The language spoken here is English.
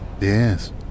Yes